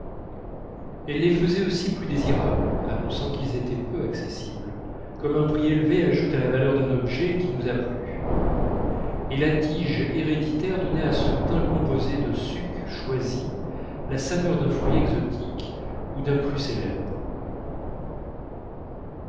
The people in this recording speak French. elle les faisait aussi plus désirables annonçant qu'ils étaient peu accessibles comme un prix élevé ajoute à la valeur d'un objet qui nous a plu et la tige héréditaire donnait à ce teint composé de sucs choisis la saveur d'un fruit exotique ou d'un